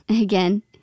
again